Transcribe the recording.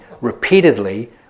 repeatedly